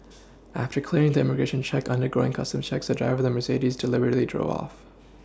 after clearing the immigration check undergoing Customs checks the driver of the Mercedes deliberately drove off